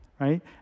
right